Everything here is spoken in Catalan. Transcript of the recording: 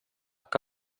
que